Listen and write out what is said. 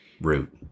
Root